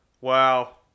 wow